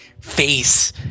face